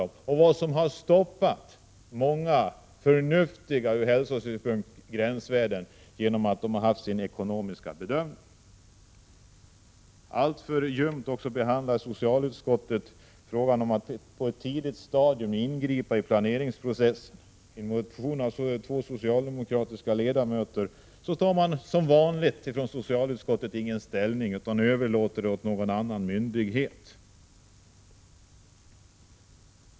Det är lätt att förstå vad som har stoppat många från hälsosynpunkt förnuftiga gränsvärden — man har gjort sina ekonomiska bedömningar. Alltför ljumt behandlar socialutskottet också frågan om att ingripa på ett tidigt stadium i planeringsprocessen. Där finns en motion av två socialdemokratiska ledamöter. Socialutskottet tar som vanligt inte ställning utan överlåter det till någon annan myndighet.